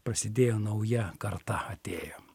prasidėjo nauja karta atėjo